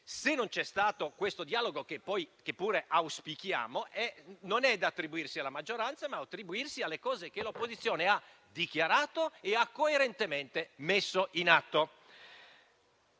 se non c'è stato questo dialogo, che noi pure auspichiamo, non è da attribuirsi alla maggioranza, ma alle cose che l'opposizione ha dichiarato e ha coerentemente messo in atto.